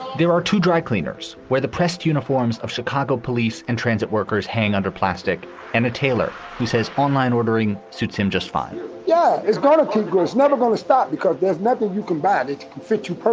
there are two dry cleaners where the pressed uniforms of chicago police and transit workers hang under plastic and a tailor who says online ordering suits him just fine yeah, it's going to go it's never going to stop because there's nothing you can buy. it fit you